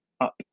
up